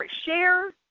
share